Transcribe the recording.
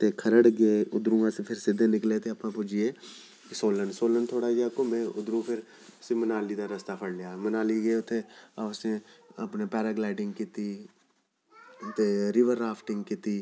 ते खरड़ गे उद्धरों फिर अस सिद्धे निकले ते अपने पुज्जी गे सोलन सोलन थोह्ड़ा जेआ घूमे उद्धरों फिर असें मनाली दा रस्ता फड़ी लेआ मनाली गे उत्थें असें अपने पैरागलाईडिंग कीती ते रिवर राफ्टिंग कीती